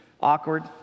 awkward